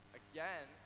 again